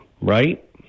right